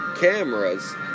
cameras